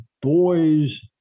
boys